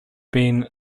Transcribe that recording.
being